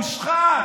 מושחת.